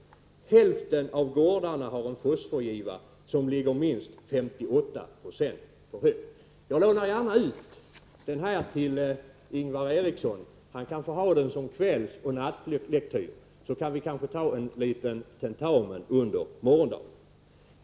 Hälften av gårdarna har en fosforgiva som ligger minst 58 96 för högt. Jag lånar gärna ut den här skriften till Ingvar Eriksson. Han kan få ha den som kvällsoch nattlektyr, så kan vi kanske ta en liten tentamen under morgondagen.